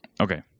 Okay